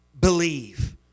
believe